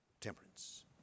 temperance